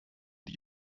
die